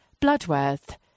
Bloodworth